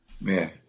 man